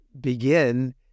begin